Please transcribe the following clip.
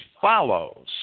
follows